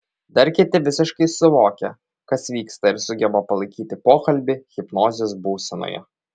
dar kiti visiškai suvokia kas vyksta ir sugeba palaikyti pokalbį hipnozės būsenoje